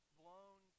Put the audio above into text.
blown